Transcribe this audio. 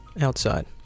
outside